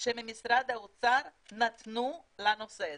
שממשרד האוצר נתנו לנושא הזה.